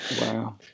Wow